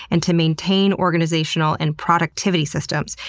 and to maintain organizational and productivity systems.